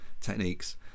techniques